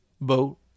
Boat